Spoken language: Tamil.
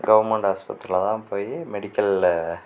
கவுர்மெண்ட் ஆஸ்பத்திரியில் தான் போய் மெடிக்கலில்